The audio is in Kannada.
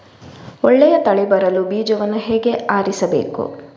ಒಳ್ಳೆಯ ತಳಿ ಬರಲು ಬೀಜವನ್ನು ಹೇಗೆ ಆರಿಸಬೇಕು?